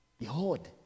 Behold